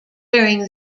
during